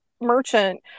merchant